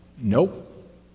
Nope